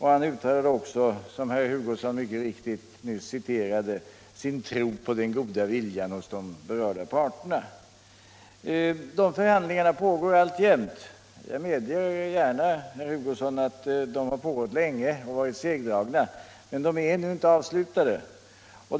Han uttalade också sin tro på den goda viljan hos de berörda parterna. Förhandlingarna pågår alltjämt. Jag medger gärna att de har pågått länge och varit segdragna, men de är ännu inte avslutade.